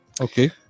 Okay